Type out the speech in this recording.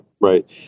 right